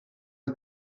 aan